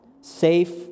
safe